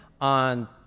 on